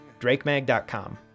drakemag.com